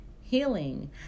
healing